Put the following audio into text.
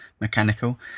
mechanical